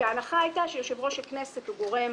כשההנחה הייתה שיושב-ראש הכנסת הוא גורם